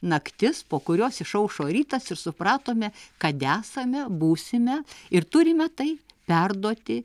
naktis po kurios išaušo rytas ir supratome kad esame būsime ir turime tai perduoti